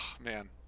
man